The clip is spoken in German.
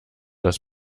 das